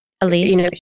Elise